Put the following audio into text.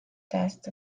test